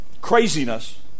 craziness